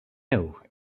new